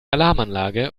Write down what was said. alarmanlage